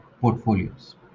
portfolios